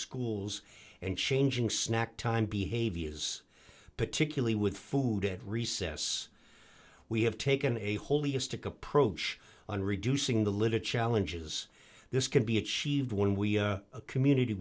schools and changing snack time behavior is particularly with food at recess we have taken a holistic approach on reducing the literature challenges this can be achieved when we are a community